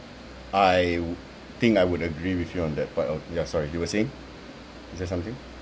I w~ think I would agree with you on that part oh ya sorry you were saying is there something